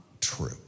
true